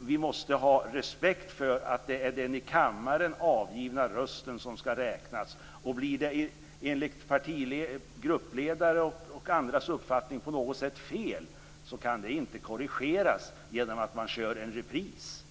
vi måste ha respekt för att det är den i kammaren avgivna rösten som skall räknas. Blir det enligt gruppledares och andras uppfattning på något sätt fel kan det inte korrigeras genom att man kör en repris.